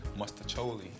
Mustacholi